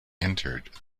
entered